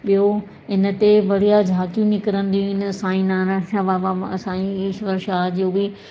ॿियो इन ते बढ़िया झाकियूं निकिरंदियूं आहिनि साईं नारायण शाह बाबा साईं ईश्वर शाह जो बि